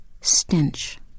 stench